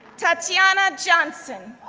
tatyana johnson,